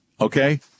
Okay